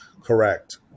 Correct